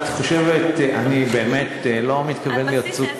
את חושבת, אני באמת לא מתכוון, על בסיס איזו